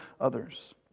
others